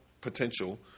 potential